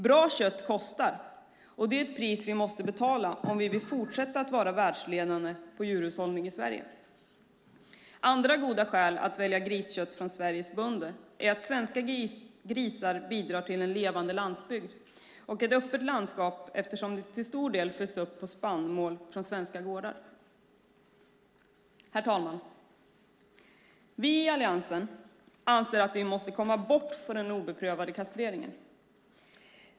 Bra kött kostar, och det är ett pris vi måste betala om vi i Sverige vill fortsätta att vara världsledande inom djurhushållning. Ett annat gott skäl att välja griskött från Sveriges bönder är att svenska grisar bidrar till en levande landsbygd och ett öppet landskap eftersom de till stor del föds upp på spannmål från svenska gårdar. Herr talman! Alliansen anser att vi måste komma bort från den obedövade kastreringen.